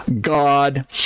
god